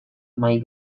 mahai